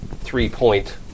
three-point